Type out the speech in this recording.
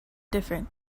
different